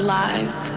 lives